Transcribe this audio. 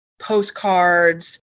postcards